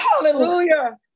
hallelujah